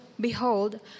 behold